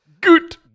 good